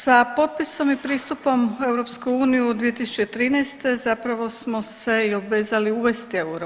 Sa potpisom i pristupom EU 2013. zapravo smo se i obvezali uvesti euro.